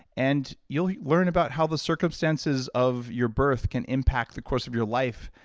and you'll learn about how the circumstances of your birth can impact the course of your life,